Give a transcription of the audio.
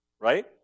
Right